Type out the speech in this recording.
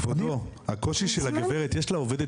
כבודו, הקושי של הגברת, יש לה עובדת